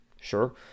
Sure